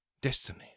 Destiny